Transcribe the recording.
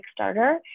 Kickstarter